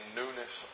newness